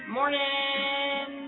Morning